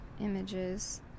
images